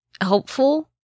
helpful